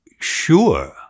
sure